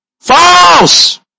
false